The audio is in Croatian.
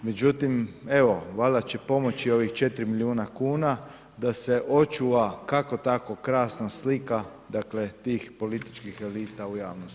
Međutim evo valjda će pomoći ovih 4 milijuna kuna da se očuva kako tako krasna slika dakle tih političkih elita u javnosti.